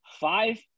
five